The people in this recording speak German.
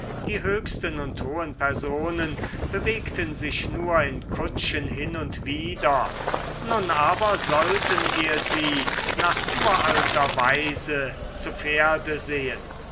die höchsten und hohen personen bewegten sich nur in kutschen hin und wider nun aber sollten wir sie nach uralter weise zu pferde sehen